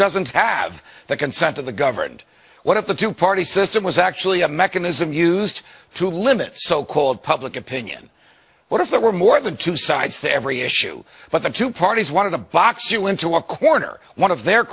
doesn't have the consent of the governed what if the two party system was actually a mechanism used to limit so called public opinion what if there were more than two sides to every issue but the two parties one of the locks you into a corner one of their